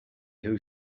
who